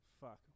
Fuck